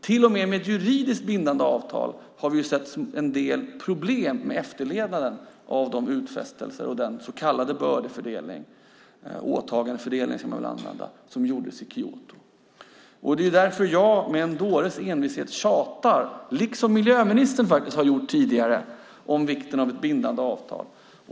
Även med ett juridiskt bindande avtal har vi sett en del problem med efterlevnaden av de utfästelser och den så kallade bördefördelning - åtagandefördelning ska man väl säga - som gjordes i Kyoto. Det är därför jag med en dåres envishet tjatar, liksom miljöministern faktiskt har gjort tidigare, om vikten av ett bindande avtal.